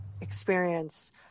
experience